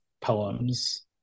poems